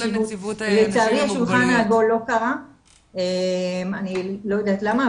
השולחן הגול לא קרה, אני לא יודעת למה,